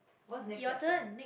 what's next question